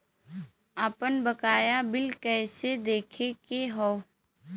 आपन बकाया बिल कइसे देखे के हौ?